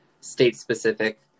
state-specific